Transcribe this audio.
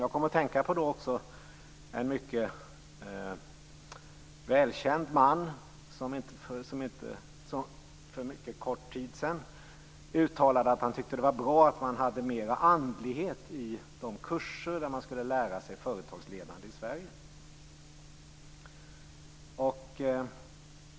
Jag kom också att tänka på en mycket välkänd man som för mycket kort tid sedan uttalade att han tyckte att det vore bra med mera andlighet i de kurser där man skulle lära sig företagsledande i Sverige.